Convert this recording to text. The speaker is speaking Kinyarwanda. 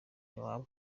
yava